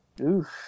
Oof